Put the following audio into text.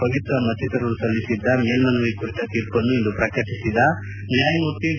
ಪವಿತ್ರಾ ಮತ್ತಿತರರು ಸಲ್ಲಿಸಿದ್ದ ಮೇಲ್ಮನವಿ ಕುರಿತ ತೀರ್ಪನ್ನು ಇಂದು ಪ್ರಕಟಿಸಿದ ನ್ಯಾಯಮೂರ್ತಿ ಡಿ